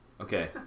Okay